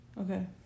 Okay